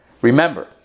Remember